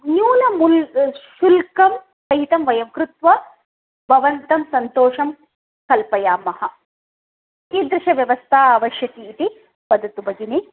न्यूनमूल् शुल्कं सहितं वयं कृत्वा भवन्तं सन्तोषं कल्पयामः कीदृशव्यवस्था आवश्यकी इति वदतु भगिनि